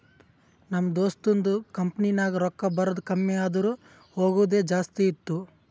ನಮ್ ದೋಸ್ತದು ಕಂಪನಿನಾಗ್ ರೊಕ್ಕಾ ಬರದ್ ಕಮ್ಮಿ ಆದೂರ್ ಹೋಗದೆ ಜಾಸ್ತಿ ಇತ್ತು